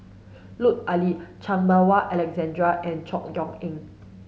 Lut Ali Chan Meng Wah Alexander and Chor Yeok Eng